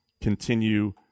continue